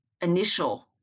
initial